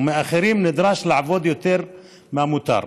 ומאחרים נדרש לעבוד יותר מהמותר.